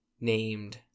Named